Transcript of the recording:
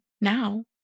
now